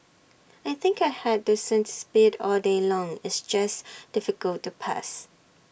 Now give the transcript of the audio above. I think I had decent speed all day long it's just difficult to pass